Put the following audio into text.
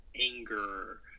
anger